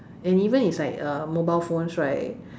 and even it's like mobile phones right